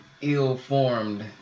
ill-formed